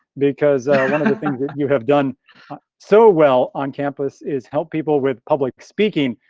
because one of the things that you have done so well on campus is help people with public speaking.